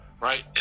right